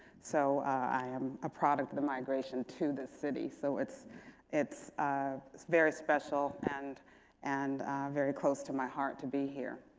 so i am a product of the migration to this city. so it's it's very special and and very close to my heart to be here.